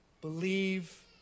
believe